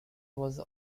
was